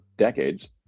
Decades